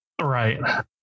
Right